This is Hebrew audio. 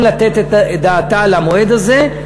או לתת את דעתה למועד הזה,